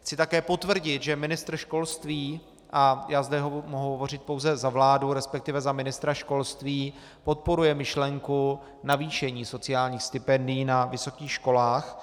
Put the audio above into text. Chci také potvrdit, že ministr školství, a já zde mohu hovořit pouze za vládu, resp. za ministra školství, podporuje myšlenku navýšení sociálních stipendií na vysokých školách.